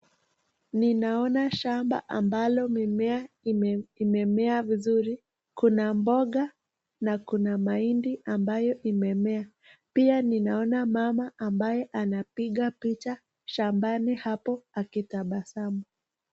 Ninaona shamba ambalo mimea imemea vizuri, kuna mboga na kuna mahindi, ambayo imemea pia kuna mama ambaye anapiga picha shambani hapo akitabasamu.